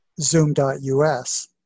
Zoom.us